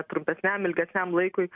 trumpesniam ilgesniam laikui